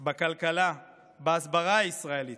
בכלכלה, בהסברה הישראלית,